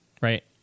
Right